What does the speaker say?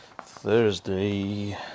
Thursday